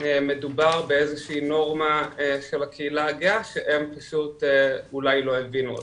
מדובר באיזושהי נורמה של הקהילה הגאה שהם פשוט אולי לא הבינו אותה.